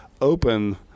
open